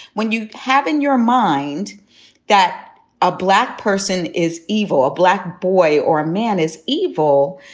when you have in your mind that a black person is evil, a black boy or a man is evil,